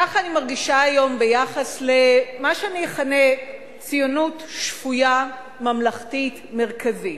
כך אני מרגישה היום ביחס למה שאני אכנה ציונות שפויה ממלכתית מרכזית.